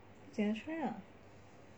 剪 and try lah